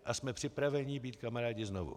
A jsme připraveni být kamarády znovu.